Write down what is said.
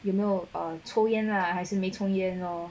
you know err 抽烟 lah 还是没抽烟 lor